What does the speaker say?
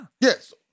Yes